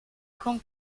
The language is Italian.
con